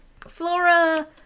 Flora